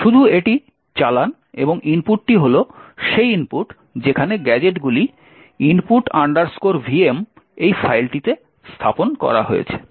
শুধু এটি চালান এবং ইনপুটটি হল সেই ইনপুট যেখানে গ্যাজেটগুলি input vm এই ফাইলটিতে স্থাপন করা হয়েছে